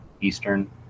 Eastern